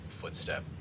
footstep